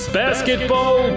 basketball